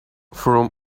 from